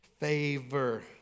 favor